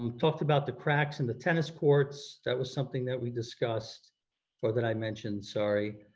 um talked about the cracks in the tennis courts, that was something that we discussed or that i mentioned, sorry.